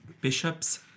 bishop's